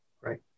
Right